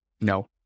No